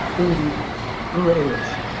in the rural areas.